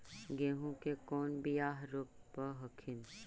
गेहूं के कौन बियाह रोप हखिन?